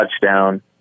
touchdown